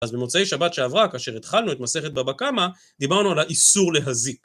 אז במוצאי שבת שעברה, כאשר התחלנו את מסכת בבא קמא, דיברנו על האיסור להזיק.